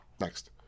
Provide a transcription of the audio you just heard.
Next